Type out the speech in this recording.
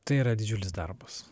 tai yra didžiulis darbas